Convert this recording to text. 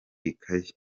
ikayi